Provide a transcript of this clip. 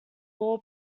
war